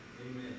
Amen